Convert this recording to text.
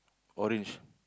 orange